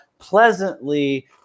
pleasantly